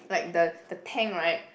like the the tank right